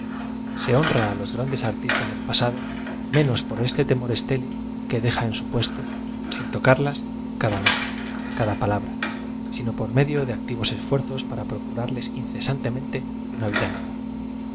se hon ra á loa grandes artistas del paaado menos por este temor estéril que deja en sa puesto sin tocarlas cada nota cada palabra sino por medio de activos eafuer zob para procurarles incesantemente una vid a nueva